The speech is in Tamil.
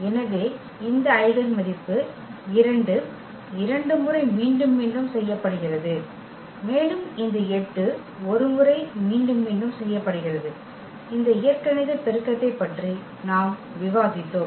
எனவே இந்த ஐகென் மதிப்பு 2 இரண்டு முறை மீண்டும் மீண்டும் செய்யப்படுகிறது மேலும் இந்த 8 ஒரு முறை மீண்டும் மீண்டும் செய்யப்படுகிறது இந்த இயற்கணித பெருக்கத்தைப் பற்றி நாம் விவாதித்தோம்